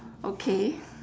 okay